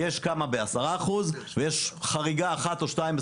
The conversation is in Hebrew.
יש כמה עם 10% ויש חריגה של אחת או שתיים,